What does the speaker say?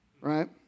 Right